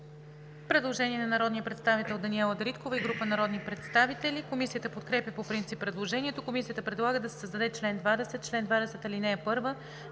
предложение на народния представител Даниела Дариткова и група народни представители. Комисията подкрепя по принцип предложението. Комисията предлага да се създадат членове 13, 14 и 15: „Чл.